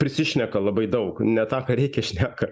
prisišneka labai daug ne tą ką reikia šneka